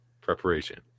preparation